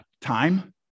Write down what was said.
Time